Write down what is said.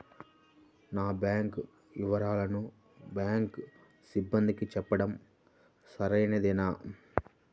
నా బ్యాంకు వివరాలను బ్యాంకు సిబ్బందికి చెప్పడం సరైందేనా?